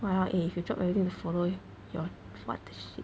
!walao! eh if you drop everything to follow your what the shit